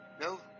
no